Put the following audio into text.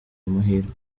mahirwe